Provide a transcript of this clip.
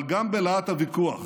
אבל גם בלהט הוויכוח